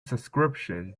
subscription